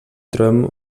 trobem